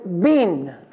bin